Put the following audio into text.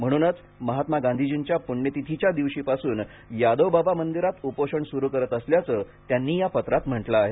म्हणूनच महात्मा गांधीजींच्या प्ण्यतिथीच्या दिवशीपासून यादवबाबा मंदिरात उपोषण स्रू करत असल्याचं त्यांनी या पत्रात म्हटलं आहे